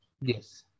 yes